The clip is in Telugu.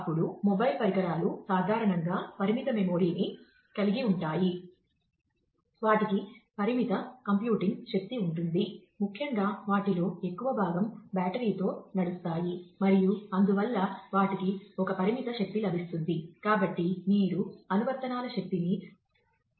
అప్పుడు మొబైల్ పరికరాలు సాధారణంగా పరిమిత మెమరీని కలిగి ఉంటాయి వాటికి పరిమిత కంప్యూటింగ్ శక్తి ఉంటుంది ముఖ్యంగా వాటిలో ఎక్కువ భాగం బ్యాటరీతో నడుస్తాయి మరియు అందువల్ల వాటికి ఒక పరిమిత శక్తి లభిస్తుంది